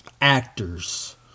actors